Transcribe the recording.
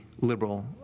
liberal